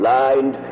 Blind